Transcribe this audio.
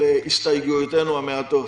של הסתייגויותינו המעטות.